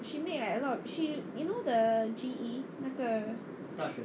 she made like a lot of she you know the G_E 那个